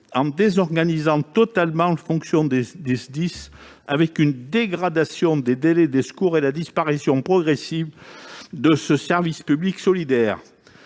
la désorganisation du fonctionnement des SDIS, la dégradation des délais des secours et la disparition progressive de ce service public solidaire.